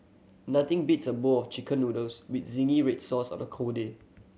nothing beats a bowl of Chicken Noodles with zingy red sauce on a cold day